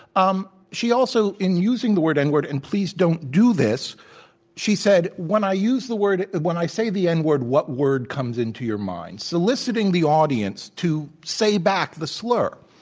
um she also, in using the word n word and please don't do this she said, when i use the word when i say the n word, what word comes into your mind, soliciting the audience to say back the slur.